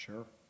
Sure